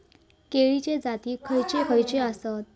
केळीचे जाती खयचे खयचे आसत?